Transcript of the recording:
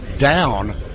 down